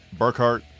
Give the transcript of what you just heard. Burkhart